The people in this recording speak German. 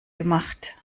gemacht